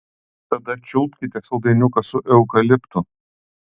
tada čiulpkite saldainiuką su eukaliptu